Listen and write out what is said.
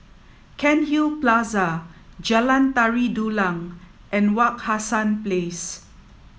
Cairnhill Plaza Jalan Tari Dulang and Wak Hassan Place